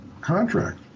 contract